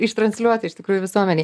ištransliuoti iš tikrųjų visuomenei